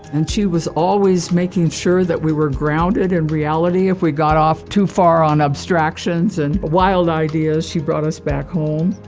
and she was always making sure that we were grounded in reality, if we got off too far on abstractions and wild ideas, she brought us back home.